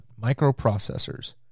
microprocessors